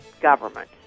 government